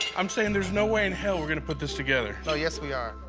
i'm saying there's no way in hell we're gonna put this together. oh, yes, we are.